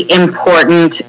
important